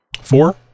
Four